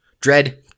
Dread